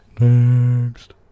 next